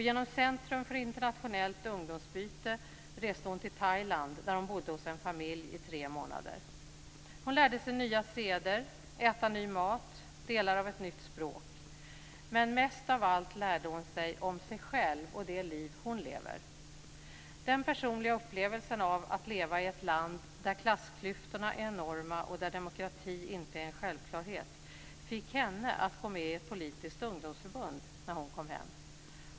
Genom Centrum för Internationellt Ungdomsutbyte reste hon till Thailand, där hon bodde hos en familj i tre månader. Hon lärde sig nya seder, äta ny mat och delar av ett nytt språk. Men mest av allt lärde hon sig om sig själv och det liv hon lever. Den personliga upplevelsen av att leva i ett land där klassklyftorna är enorma och där demokrati inte är en självklarhet fick henne att gå med i ett politiskt ungdomsförbund när hon kom hem.